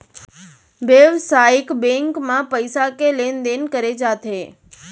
बेवसायिक बेंक म पइसा के लेन देन करे जाथे